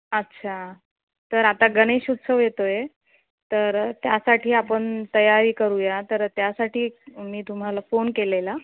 अच्छा तर आता गणेश उत्सव येतो आहे तर त्यासाठी आपण तयारी करूया तर त्यासाठी मी तुम्हाला फोन केलेला